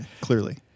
clearly